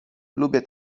lubię